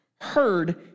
heard